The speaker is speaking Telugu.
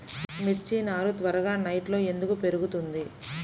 మిర్చి నారు త్వరగా నెట్లో ఎందుకు పెరుగుతుంది?